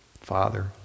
Father